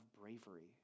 bravery